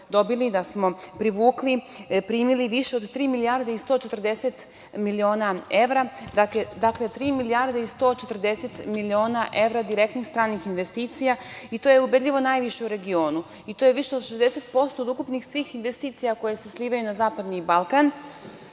da smo privukli, primili više od tri milijarde i 140 miliona evra. Dakle, tri milijarde i 140 miliona evra direktnih stranih investicija i to je ubedljivo najviše u regionu, i to je više od 60% od ukupnih svih investicija koje se slivaju na Zapadni Balkan